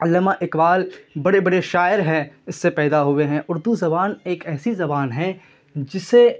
علامہ اقبال بڑے بڑے شاعر ہیں اس سے پیدا ہوئے ہیں اردو زبان ایک ایسی زبان ہے جسے